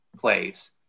plays